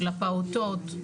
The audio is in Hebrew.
לפעוטות,